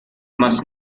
must